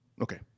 Okay